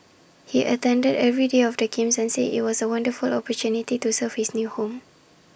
he attended every day of the games and said IT was A wonderful opportunity to serve his new home